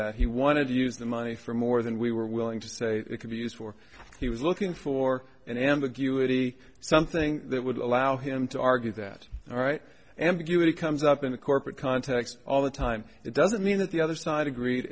that he wanted to use the money for more than we were willing to say it could be used for he was looking for an ambiguity something that would allow him to argue that all right ambiguity comes up in a corporate context all the time it doesn't mean that the other side agreed